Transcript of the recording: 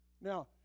Now